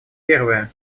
первое